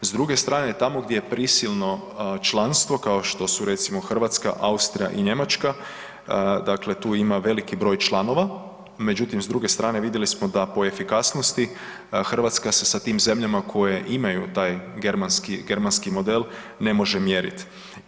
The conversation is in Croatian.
S druge strane, tamo gdje je prisilno članstvo, kao što su recimo, Hrvatska, Austrija i Njemačka, dakle tu ima veliki broj članova, međutim, s druge strane, vidjeli smo da po efikasnosti Hrvatska se sa tim zemljama koje imaju taj germanski model, ne može mjeriti.